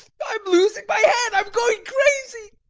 i am losing my head! i am going crazy!